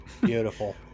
beautiful